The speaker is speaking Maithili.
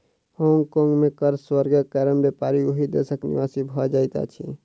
होंग कोंग में कर स्वर्गक कारण व्यापारी ओहि देशक निवासी भ जाइत अछिं